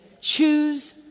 choose